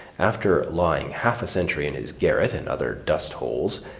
after lying half a century in his garret and other dust holes,